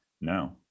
no